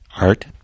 Art